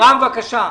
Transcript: רם בן ברק, בבקשה.